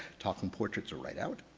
talking portraits are right out.